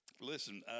listen